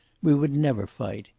we would never fight.